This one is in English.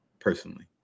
personally